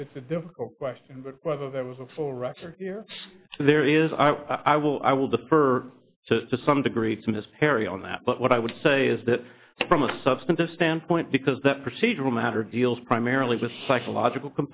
it's a difficult question but whether there was a full rupture here there is i will i will defer to some degree to miscarry on that but what i would say is that from a substantive standpoint because that procedural matter deals primarily the psychological